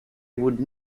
would